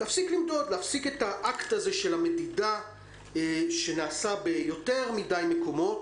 להפסיק את האקט של המדידה שנעשה ביותר מדי מקומות.